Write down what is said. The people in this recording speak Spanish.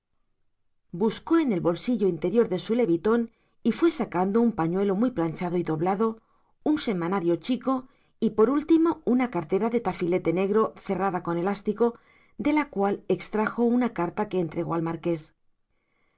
buscó en el bolsillo interior de su levitón y fue sacando un pañuelo muy planchado y doblado un semanario chico y por último una cartera de tafilete negro cerrada con elástico de la cual extrajo una carta que entregó al marqués